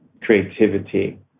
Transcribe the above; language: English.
creativity